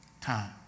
time